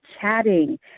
chatting